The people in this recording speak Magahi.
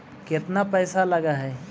केतना पैसा लगय है?